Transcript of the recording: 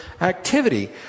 activity